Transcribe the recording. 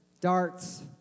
darts